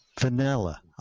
vanilla